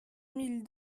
mille